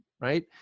right